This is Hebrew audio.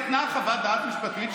היא נתנה חוות דעת משפטית,